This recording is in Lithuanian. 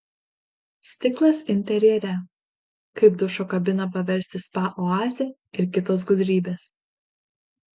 stiklas interjere kaip dušo kabiną paversti spa oaze ir kitos gudrybės